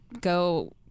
go